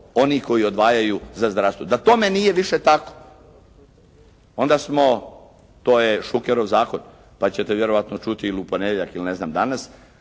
oni koji odvajaju za zdravstvo. Da tome nije više tako, onda smo to je Šukerov zakon pa ćete vjerojatno čuti ili u ponedjeljak ili ne znam danas,